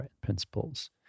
principles